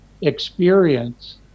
experience